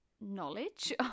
knowledge